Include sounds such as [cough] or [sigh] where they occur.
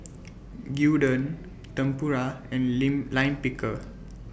[noise] Gyudon Tempura and [unintelligible] Lime Pickle